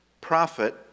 profit